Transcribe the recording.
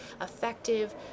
effective